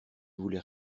voulait